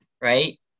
right